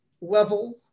level